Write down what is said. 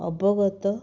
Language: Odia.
ଅବଗତ